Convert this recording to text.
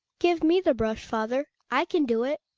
give me the brush, father i can do it.